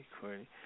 Courtney